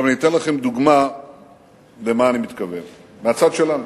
אני אתן לכם דוגמה למה אני מתכוון, מהצד שלנו.